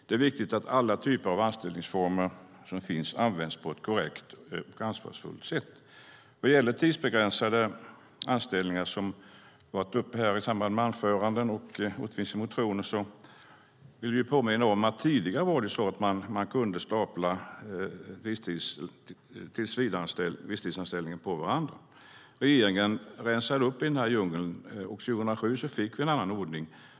Det är viktigt att alla anställningsformer som finns används på ett korrekt och ansvarsfullt sätt. Vad gäller tidsbegränsade anställningar, som har varit uppe i anföranden och som återfinns i motioner, vill vi påminna om att tidigare kunde man stapla visstidsanställningar på varandra. Regeringen rensade upp i den här djungeln, och 2007 fick vi en annan ordning.